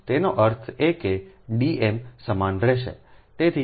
તેનો અર્થ એ કે ડીએમ સમાન રહેશે